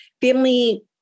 family